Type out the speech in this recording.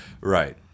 Right